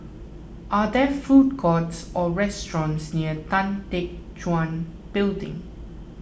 are there food courts or restaurants near Tan Teck Guan Building